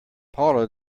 paula